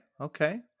Okay